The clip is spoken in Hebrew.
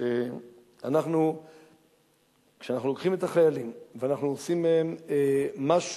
שאנחנו לוקחים את החיילים ואנחנו עושים